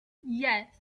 yes